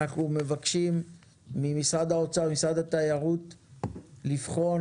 אנחנו מבקשים ממשרד האוצר וממשרד התיירות לבחון,